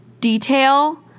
detail